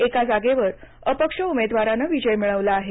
एका जागेवर अपक्ष उमेदवारानं विजय मिळवला आहे